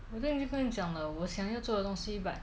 我刚就跟你讲了我想要做的东西 but